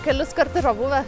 keliskart yra buvę